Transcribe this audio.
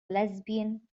lesbian